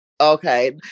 okay